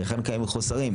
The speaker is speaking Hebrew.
היכן קיימים חוסרים?